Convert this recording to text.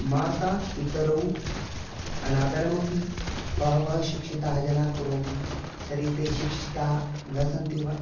माता पितरौ अनादरमपि बहवः शिक्षिताः जनाः कुर्वन्ति तर्हि ते शिक्षिताः न सन्ति वा